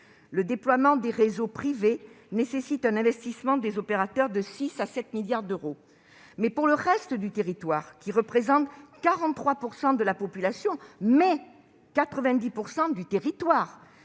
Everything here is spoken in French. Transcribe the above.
Le déploiement des réseaux privés nécessite un investissement des opérateurs de 6 milliards à 7 milliards d'euros. Pour le reste du territoire, qui représente 43 % de la population, mais 90 % du territoire,